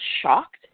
shocked